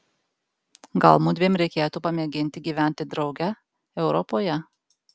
gal mudviem reikėtų pamėginti gyventi drauge europoje